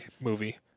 movie